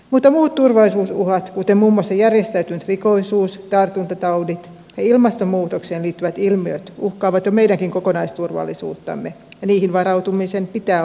mutta muut turvallisuusuhat kuten muun muassa järjestäytynyt rikollisuus tartuntataudit ja ilmastonmuutokseen liittyvät ilmiöt uhkaavat jo meidänkin kokonaisturvallisuuttamme ja niihin varautumisen pitää olla arkipäivää